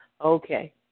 Okay